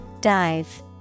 Dive